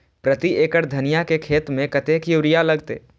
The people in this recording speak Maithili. प्रति एकड़ धनिया के खेत में कतेक यूरिया लगते?